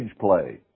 play